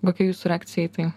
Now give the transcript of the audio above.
kokia jūsų reakcija į tai